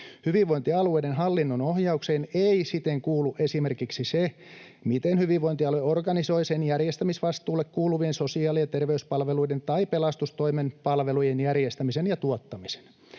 Hyvinvointialueiden hallinnon ohjaukseen ei siten kuulu esimerkiksi se, miten hyvinvointialue organisoi sen järjestämisvastuulle kuuluvien sosiaali- ja terveyspalvelujen tai pelastustoimen palvelujen järjestämisen ja tuottamisen.